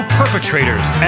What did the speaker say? perpetrators